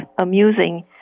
amusing